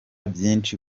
byinshi